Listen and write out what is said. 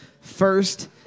first